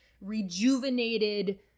rejuvenated